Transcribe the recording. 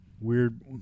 weird